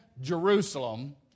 Jerusalem